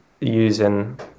using